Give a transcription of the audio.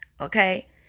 okay